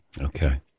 Okay